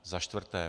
Za čtvrté.